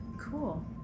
cool